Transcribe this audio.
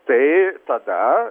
tai tada